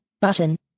Button